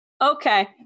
Okay